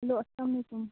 hello السلام علیکم